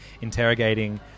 interrogating